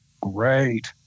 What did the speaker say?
great